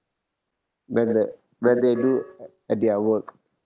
when the when they do their work